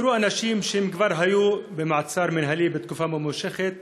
נאסרו אנשים שכבר היו במעצר מינהלי תקופה ממושכת